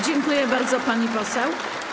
Dziękuję bardzo, pani poseł.